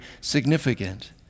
significant